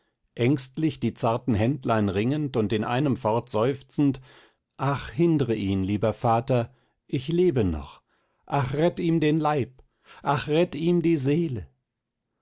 ängstlich die zarten händlein ringend und in einem fort seufzend ach hindr ihn lieber vater ich lebe noch ach rett ihm den leib ach rett ihm die seele